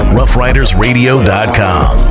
Roughridersradio.com